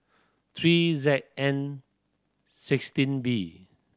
three Z N sixteen B